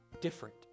different